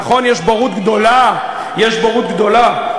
נכון, יש בורות גדולה, יש בורות גדולה.